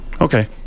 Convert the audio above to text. Okay